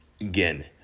again